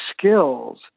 skills